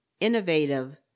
Innovative